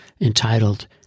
entitled